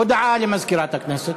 הודעה למזכירת הכנסת.